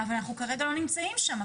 אבל אנחנו כרגע לא נמצאים שם.